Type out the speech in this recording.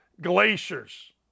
glaciers